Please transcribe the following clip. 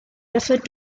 referred